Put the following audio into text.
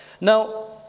Now